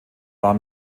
war